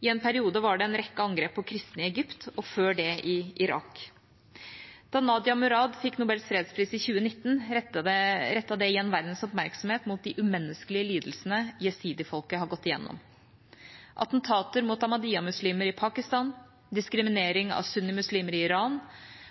I en periode var det en rekke angrep på kristne i Egypt, og før det i Irak. Da Nadia Murad fikk Nobels fredspris i 2019, rettet det igjen verdens oppmerksomhet mot de umenneskelige lidelsene jesidi-folket har gått gjennom. Attentater mot ahmadiyya-muslimer i Pakistan, diskriminering av sunnimuslimer i Iran